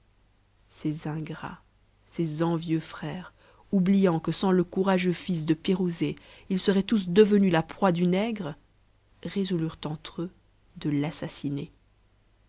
ces ingrats ces envieux frères oubliant que sans le courageux fils de pirouzé ils seraient tous devenus la proie du nègre résolurent sntre eux de t'assassiner